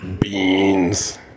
Beans